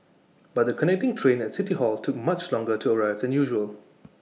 but the connecting train at city hall took much longer to arrive than usual